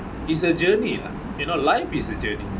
it's a journey lah you know life is a journey